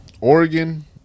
Oregon